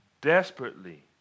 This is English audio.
desperately